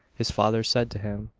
his father said to him,